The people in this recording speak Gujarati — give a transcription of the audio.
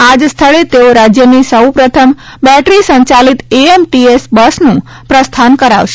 આ જ સ્થળે તેઓ રાજયની સૌ પ્રથમ બેટરી સંચાલિત એએમટીએસ બસનું પ્રસ્થાન કરાવશે